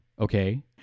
okay